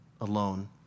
alone